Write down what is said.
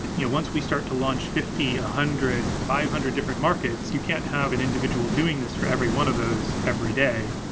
you know once we start to launch fifty, one ah hundred, five hundred different markets, you can't have an individual doing this for every one of those every day.